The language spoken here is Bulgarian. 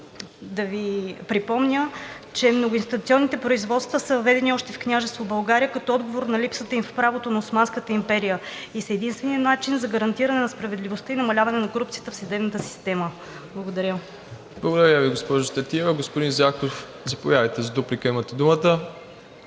да Ви припомня, че многоинстанционните производства са въведени още в Княжество България като отговор на липсата им в правото на Османската империя и са единственият начин за гарантиране на справедливостта и намаляване на корупцията в съдебната система. Благодаря. ПРЕДСЕДАТЕЛ МИРОСЛАВ ИВАНОВ: Благодаря Ви, госпожо Стратиева. Господин Зарков, заповядайте за дуплика, имате думата.